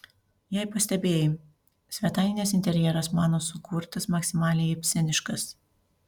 jei pastebėjai svetainės interjeras mano sukurtas maksimaliai ibseniškas